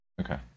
Okay